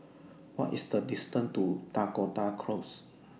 What IS The distance to Dakota Close